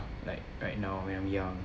like right now when I'm young